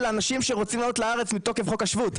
אנשים שרוצים לעלות לארץ מתוקף חוק השבות.